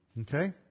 Okay